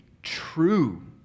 true